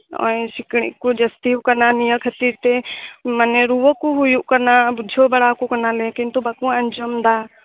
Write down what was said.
ᱱᱚᱜ ᱚᱭ ᱥᱤᱠᱲᱤᱡ ᱠᱚ ᱡᱟᱥᱛᱤᱣᱠᱟᱱᱟ ᱱᱤᱭᱟᱹ ᱠᱷᱟᱛᱤᱨ ᱛᱮ ᱢᱟᱱᱮ ᱨᱩᱣᱟ ᱠᱚ ᱦᱩᱭᱩᱜ ᱠᱟᱱᱟ ᱵᱩᱡᱷᱟᱹᱣ ᱵᱟᱲᱟᱣ ᱠᱚ ᱠᱟᱱᱟᱞᱮ ᱠᱤᱱᱛᱩ ᱵᱟᱠᱚ ᱟᱸᱡᱚᱢ ᱮᱫᱟ